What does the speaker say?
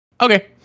Okay